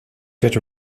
good